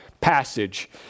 passage